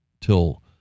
till